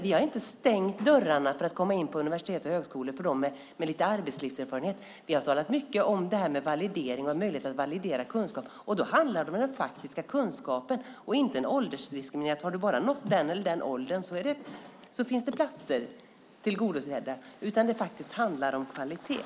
Vi har inte stängt dörrarna till universitet och högskolor för dem som har hunnit få lite arbetslivserfarenhet. Vi har talat mycket om att ha möjlighet att validera kunskaper. Då handlar det om den faktiska kunskapen och inte om en åldersdiskriminering, att har du bara nått en viss ålder finns det platser. Det handlar faktiskt om kvalitet.